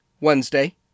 Wednesday